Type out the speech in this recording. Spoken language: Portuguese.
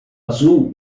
azul